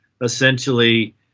essentially